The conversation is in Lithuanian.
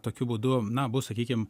tokiu būdu na bus sakykim